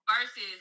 versus